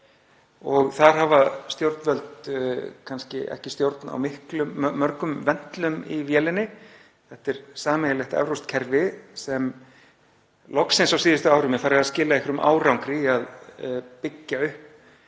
Þar hafa stjórnvöld kannski ekki stjórn á mörgum ventlum í vélinni. Þetta er sameiginlegt evrópskt kerfi sem loksins á síðustu árum er farið að skila einhverjum árangri í að byggja upp